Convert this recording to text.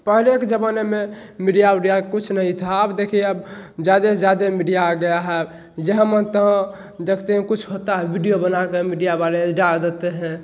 पहले एक ज़माने में मीडिया उडिया कुछ नहीं था अब देखिए अब ज़्यादा से ज़्यादा मीडिया आ गया है जहाँ मन तो देखते हैं कुछ होता है वीडियो बनाकर मीडिया वाले डाल देते हैं